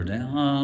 Down